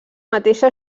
mateixa